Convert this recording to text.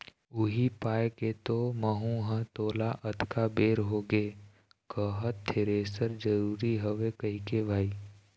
उही पाय के तो महूँ ह तोला अतका बेर होगे कहत थेरेसर जरुरी हवय कहिके भाई